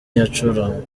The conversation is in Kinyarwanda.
yacurangaga